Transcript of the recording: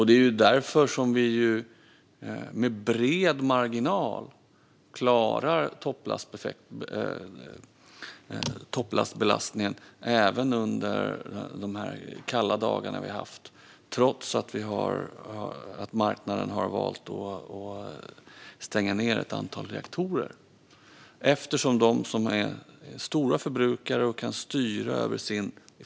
Det är därför som vi med bred marginal klarar toppbelastningen även under de kalla dagar vi har haft, detta trots att marknaden har valt att stänga ned ett antal reaktorer.